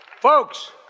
Folks